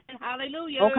hallelujah